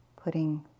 putting